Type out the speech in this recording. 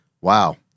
Wow